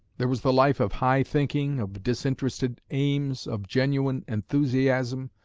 there was the life of high thinking, of disinterested aims, of genuine enthusiasm,